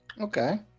Okay